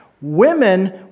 Women